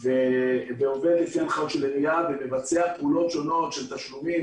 ועובד- -- של העירייה ומבצע פעולות שונות של תשלומים,